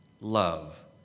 love